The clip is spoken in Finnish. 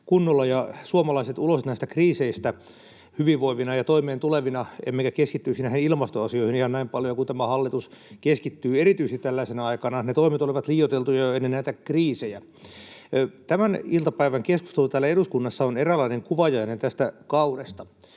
kunnolla ja suomalaiset ulos näistä kriiseistä hyvinvoivina ja toimeentulevina emmekä keskittyisi näihin ilmastoasioihin ihan näin paljon kuin tämä hallitus keskittyy — erityisesti tällaisena aikana. Ne toimet olivat liioiteltuja jo ennen näitä kriisejä. Tämän iltapäivän keskustelu täällä eduskunnassa on eräänlainen kuvajainen tästä kaudesta.